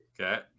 Okay